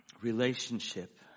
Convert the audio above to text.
relationship